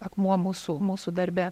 akmuo mūsų mūsų darbe